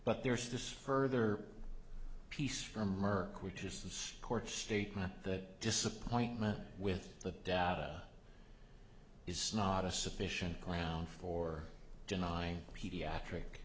but there's this further piece from or quitters court statement that disappointment with the data is not a sufficient grounds for denying pediatric